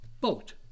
boat